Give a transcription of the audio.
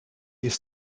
ist